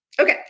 Okay